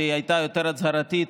שהייתה יותר הצהרתית,